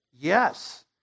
Yes